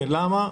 כן לא מובן למה.